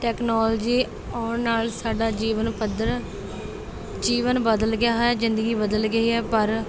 technology ਆਉਣ ਨਾਲ ਸਾਡਾ ਜੀਵਨ ਪੱਧਰ ਜੀਵਨ ਬਦਲ ਗਿਆ ਹੈ ਜ਼ਿੰਦਗੀ ਬਦਲ ਗਈ ਹੈ ਪਰ